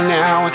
now